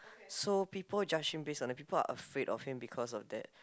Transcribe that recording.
so people judge him base on that people are afraid of him because of that